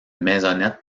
maisonnette